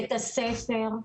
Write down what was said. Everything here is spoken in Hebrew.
בית הספר.